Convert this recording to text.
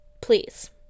please